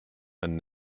and